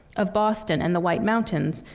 of boston and the white mountains,